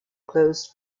closed